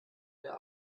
der